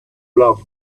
love